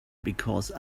because